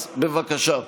אז בבקשה.